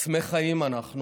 צמא חיים אנחנו,